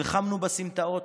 נלחמנו בסמטאות.